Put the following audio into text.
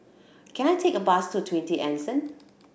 can I take a bus to Twenty Anson